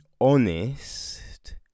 honest